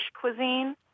cuisine